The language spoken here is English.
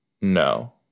No